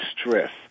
stress